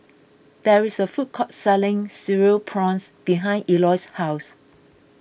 there is a food court selling Cereal Prawns behind Eloy's house